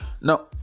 Now